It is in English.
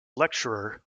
lecturer